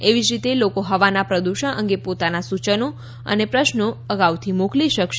એવી જ રીતે લોકો હવાના પ્રદૂષણ અંગે પોતાના સૂચનો અને પ્રશ્નો અગાઉથી મોકલી શકશે